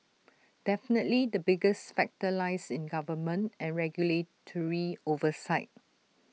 definitely the biggest factor lies in government and regulatory oversight